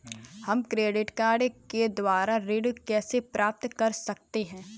हम credit card के द्वारा ऋण कैसे प्राप्त कर सकते हैं?